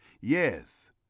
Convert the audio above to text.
Yes